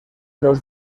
los